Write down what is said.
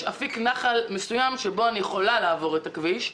אפיק נחל מסוים שבו אני יכולה לעבור את הכביש.